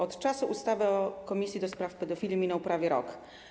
Od czasu ustawy o komisji do spraw pedofilii minął prawie rok.